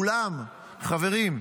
אולם, חברים,